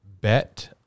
bet